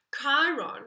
Chiron